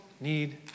need